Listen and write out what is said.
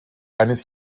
eines